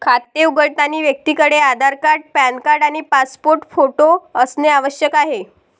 खाते उघडताना व्यक्तीकडे आधार कार्ड, पॅन कार्ड आणि पासपोर्ट फोटो असणे आवश्यक आहे